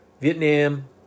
Vietnam